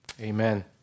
Amen